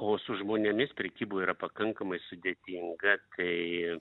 o su žmonėmis prekyboj yra pakankamai sudėtinga kai